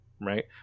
right